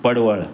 पडवळ